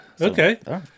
Okay